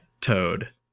toad